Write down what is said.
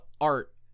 art